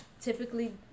typically